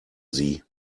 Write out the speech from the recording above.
sie